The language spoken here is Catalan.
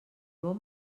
bon